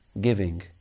giving